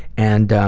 and